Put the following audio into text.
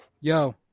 Yo